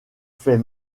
fait